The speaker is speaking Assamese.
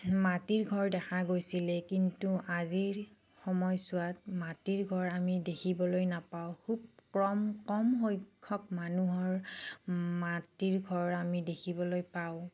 মাটিৰ ঘৰ দেখা গৈছিল কিন্তু আজিৰ সময়ছোৱাত মাটিৰ ঘৰ আমি দেখিবলৈ নাপাওঁ খুব কম কম সংখ্যক মানুহৰ মাটিৰ ঘৰ আমি দেখিবলৈ পাওঁ